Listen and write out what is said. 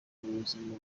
by’ubuzima